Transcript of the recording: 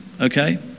Okay